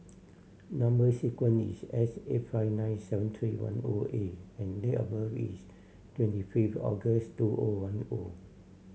number sequence is S eight five nine seven three one O A and date of birth is twenty fifth August two O one O